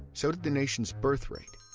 so did the nations' birth rate.